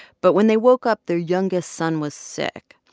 but when they woke up, their youngest son was sick,